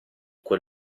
quel